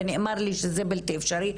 ונאמר לי שזה בלתי אפשרי,